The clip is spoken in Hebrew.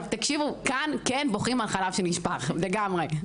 כאן כן בוכים על חלב שנשפך, לגמרי.